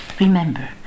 remember